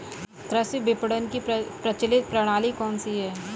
कृषि विपणन की प्रचलित प्रणाली कौन सी है?